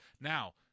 Now